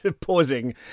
pausing